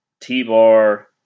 T-Bar